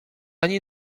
ani